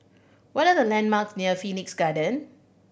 what are the landmarks near Phoenix Garden